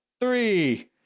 three